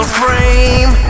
frame